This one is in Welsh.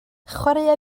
chwaraea